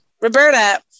Roberta